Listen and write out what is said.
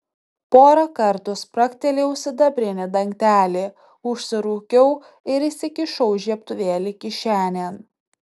porą kartų spragtelėjau sidabrinį dangtelį užsirūkiau ir įsikišau žiebtuvėlį kišenėn